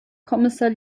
kommissar